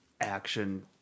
action